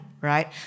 right